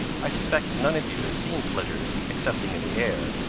i suspect none of you has seen flitter, excepting in the air,